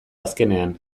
azkenean